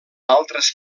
altres